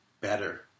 better